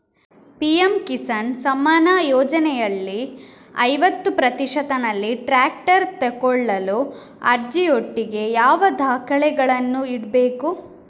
PM Kisan Samman ಯೋಜನೆಯಲ್ಲಿ ಐವತ್ತು ಪ್ರತಿಶತನಲ್ಲಿ ಟ್ರ್ಯಾಕ್ಟರ್ ತೆಕೊಳ್ಳಲು ಅರ್ಜಿಯೊಟ್ಟಿಗೆ ಯಾವ ದಾಖಲೆಗಳನ್ನು ಇಡ್ಬೇಕು?